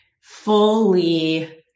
fully